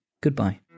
Goodbye